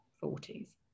forties